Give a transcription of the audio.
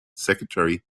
secretary